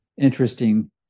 interesting